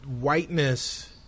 whiteness